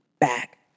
back